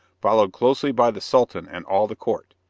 followed closely by the sultan and all the court.